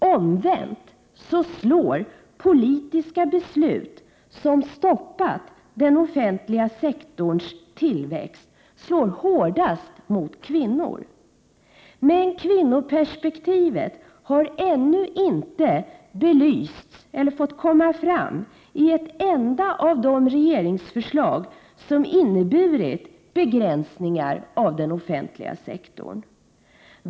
Omvänt slår politiska beslut som stoppar den offentliga sektorns tillväxt hårdast mot kvinnor. Men kvinnoperspektivet har ännu inte belysts eller fått slå igenom i ett enda av de regeringsförslag som inneburit begränsningar av den offentliga sektorn.